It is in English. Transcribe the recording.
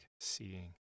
seeing